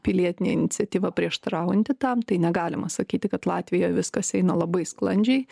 pilietinė iniciatyva prieštaraujanti tam tai negalima sakyti kad latvijoj viskas eina labai sklandžiai